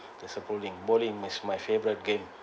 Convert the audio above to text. there's a bowling bowling is my my favourite game